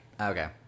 okay